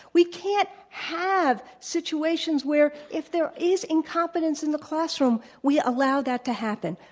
we can't have situations where if there is incompetence in the classroom we allow that to happen.